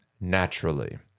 naturally